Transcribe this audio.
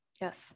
Yes